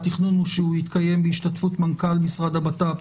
והתכנון הוא שהוא יתקיים בהשתתפות מנכ"ל משרד הבט"פ,